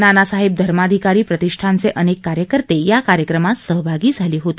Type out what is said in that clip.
नानासाहेब धर्माधिकारी प्रतिष्ठाचे अनेक कार्यकर्ते याकार्यक्रमात सहभागी झाले होते